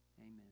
amen